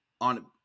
on